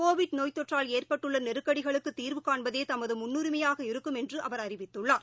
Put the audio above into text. Covid நோய்த்தொற்றால் ஏற்பட்டுள்ளநெருக்கடிகளுக்குதீர்வு காண்பதேதமதுமுன்னுரிமையாக இருக்கும் என்றுஅவர் அறிவித்துள்ளார்